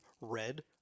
red